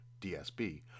DSB